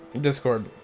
Discord